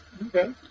Okay